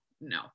no